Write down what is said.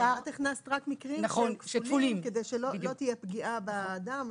את הכנסת רק מקרים שהם כפולים כדי שלא תהיה פגיעה באדם,